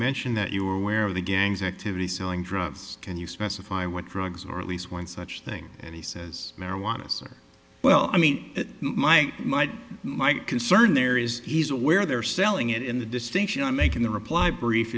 mentioned that you were aware of the gang activity selling drugs can you specify what drugs or at least one such thing and he says marijuana well i mean my my my concern there is he's aware they're selling it in the distinction i make in the reply brief